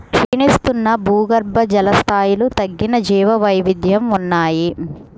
క్షీణిస్తున్న భూగర్భజల స్థాయిలు తగ్గిన జీవవైవిధ్యం ఉన్నాయి